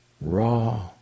raw